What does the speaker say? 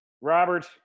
Robert